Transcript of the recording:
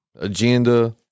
agenda